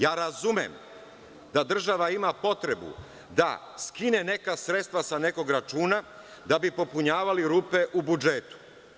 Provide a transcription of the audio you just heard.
Ja razumem da država ima potrebu da skine neka sredstva sa nekog računa, da bi popunjavali rupe u budžetu.